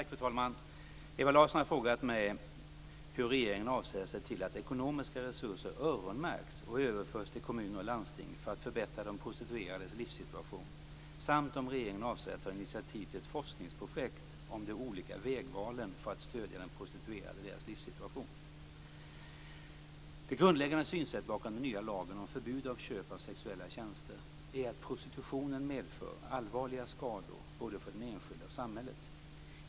Fru talman! Ewa Larsson har frågat mig hur regeringen avser att se till att ekonomiska resurser öronmärks och överförs till kommuner och landsting för att förbättra de prostituerades livssituation samt om regeringen avser att ta initiativ till ett forskningsprojekt om de olika vägvalen för att stödja de prostituerade i deras livssituation. Det grundläggande synsättet bakom den nya lagen om förbud mot köp av sexuella tjänster är att prostitutionen medför allvarliga skador både för den enskilda och för samhället.